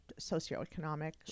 socioeconomic